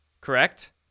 Correct